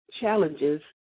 challenges